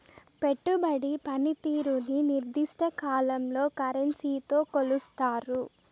పెట్టుబడి పనితీరుని నిర్దిష్ట కాలంలో కరెన్సీతో కొలుస్తారు